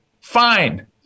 fine